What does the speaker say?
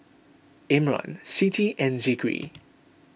Imran Siti and Zikri